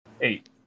eight